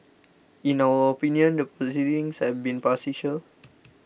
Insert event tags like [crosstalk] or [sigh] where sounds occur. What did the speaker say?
in our opinion the proceedings have been farcical [noise]